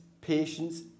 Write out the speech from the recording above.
patience